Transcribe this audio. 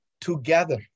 together